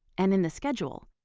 and in the schedule,